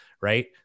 right